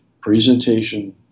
presentation